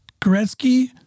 Gretzky